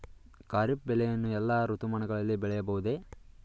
ಖಾರಿಫ್ ಬೆಳೆಯನ್ನು ಎಲ್ಲಾ ಋತುಮಾನಗಳಲ್ಲಿ ಬೆಳೆಯಬಹುದೇ?